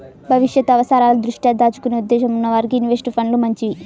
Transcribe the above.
భవిష్యత్తు అవసరాల దృష్ట్యా దాచుకునే ఉద్దేశ్యం ఉన్న వారికి ఇన్వెస్ట్ ఫండ్లు మంచివి